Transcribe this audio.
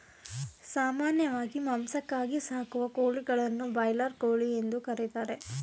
ಸಾಮಾನ್ಯವಾಗಿ ಮಾಂಸಕ್ಕಾಗಿ ಸಾಕುವ ಕೋಳಿಗಳನ್ನು ಬ್ರಾಯ್ಲರ್ ಕೋಳಿ ಎಂದು ಕರಿತಾರೆ